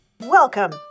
Welcome